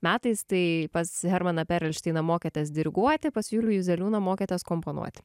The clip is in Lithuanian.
metais tai pas hermaną perelšteiną mokėtės diriguoti pas julių juzeliūną mokėtės komponuoti